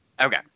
Okay